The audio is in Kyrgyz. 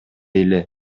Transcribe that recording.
эле